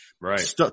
Right